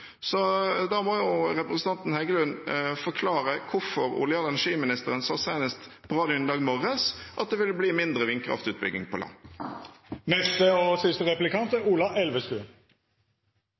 Så da må representanten Heggelund forklare hvorfor olje- og energiministeren sa på radioen senest i dag morges at det vil bli mindre vindkraftutbygging på